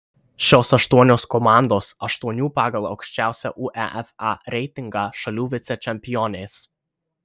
šios aštuonios komandos aštuonių pagal aukščiausią uefa reitingą šalių vicečempionės